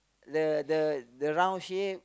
the the the round shape